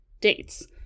dates